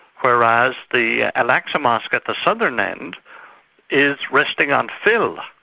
whereas the al-aqsa mosque at the southern end is resting on fill,